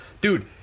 dude